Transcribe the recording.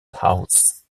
house